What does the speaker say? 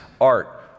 art